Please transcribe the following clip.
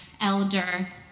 Elder